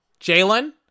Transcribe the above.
Jalen